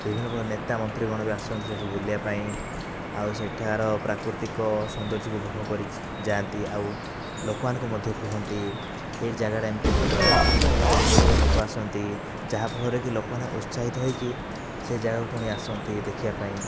ବିଭିନ୍ନ ପ୍ରକାର ନେତା ମନ୍ତ୍ରୀଗଣ ବି ଆସନ୍ତି ସେ'ଠାକୁ ବୁଲିବା ପାଇଁ ଆଉ ସେଠାକାର ପ୍ରାକୃତିକ ସୌନ୍ଦର୍ଯ୍ୟକୁ ଭୋଗ କରି ଯାନ୍ତି ଆଉ ଲୋକମାନଙ୍କୁ ମଧ୍ୟ କୁହନ୍ତି ଏ ଜାଗାଟା ଏମିତି ଭଲ ଏଠି ବହୁତ ପ୍ରକାର ଲୋକ ଆସନ୍ତି ଯାହା ଫଳରେକି ଲୋକମାନେ ଉତ୍ସାହିତ ହୋଇକି ସେ ଜାଗାକୁ ପୁଣି ଆସନ୍ତି ଦେଖିବା ପାଇଁ